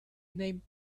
name